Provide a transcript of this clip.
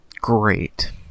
great